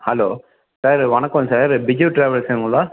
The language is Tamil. ஹலோ சார் வணக்கம் சார் பிஜு டிராவல்ஸ்ங்களா